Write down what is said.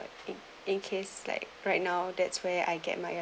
in in case like right now that's where I get my